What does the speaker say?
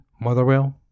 Motherwell